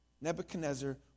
Nebuchadnezzar